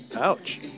Ouch